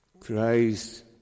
Christ